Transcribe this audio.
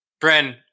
Bren